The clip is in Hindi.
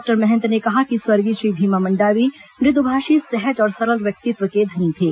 उनके महंत ने कहा कि स्वर्गीय श्री भीमा मंडावी मृदुभाषी सहज और सरल व्यक्तित्व के धनी थे